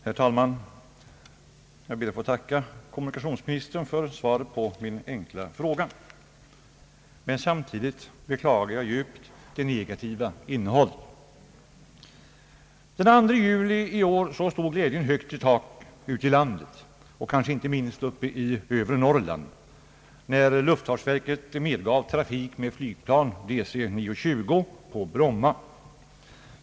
Herr talman! Jag ber att få tacka kommunikationsministern för svaret på min enkla fråga. Samtidigt beklagar jag djupt det negativa innehållet. Den 2 juli i år stod glädjen högt i tak ute i landet, inte minst i övre Norrland, när luftfartsverket medgav trafik med flygplan DC 9-20 på Bromma.